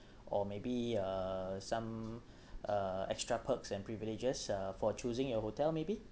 or something you know that I can uh offer to them or maybe uh some uh extra perks and privileges uh for choosing your hotel maybe